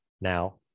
Now